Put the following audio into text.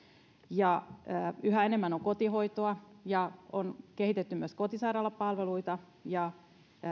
ja yhä enemmän on kotihoitoa ja on kehitetty myös kotisairaalapalveluita ja